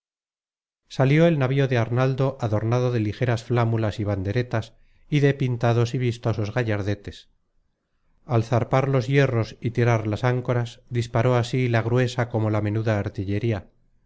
salió el navío de arnaldo adornado de ligeras alámulas y banderetas y de pintados y vistosos gallardetes al zarpar los hierros y tirar las ancoras disparó así la gruesa como la menuda artillería